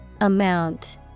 Amount